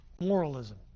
moralism